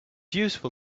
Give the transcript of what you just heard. useful